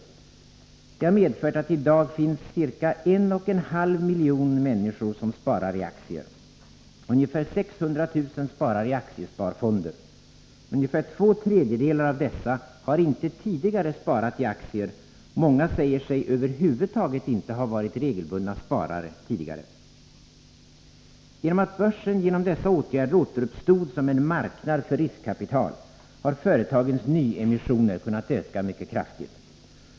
Detta har medfört att det i dag finns ca en och en halv miljon människor som sparat i aktier. Ungefär 600 000 sparar i aktiesparfonder. Ungefär två tredjedelar av dessa har inte tidigare sparat i aktier, och många säger sig över huvud taget inte ha varit regelbundna sparare tidigare. Genom att börsen genom dessa åtgärder återuppstod som en marknad för riskkapital har företagens nyemissioner kunnat öka mycket kraftigt.